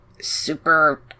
super